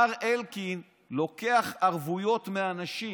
מר אלקין לוקח ערבויות מאנשים